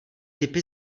typy